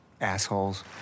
Assholes